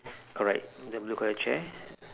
correct the blue colour chair